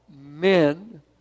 men